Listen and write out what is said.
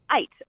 eight